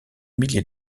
milliers